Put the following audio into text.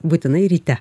būtinai ryte